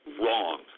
wrong